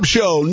Show